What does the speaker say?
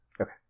Okay